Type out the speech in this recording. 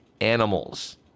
animals